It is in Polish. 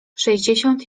sześćdziesiąt